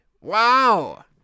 Wow